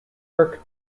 kirk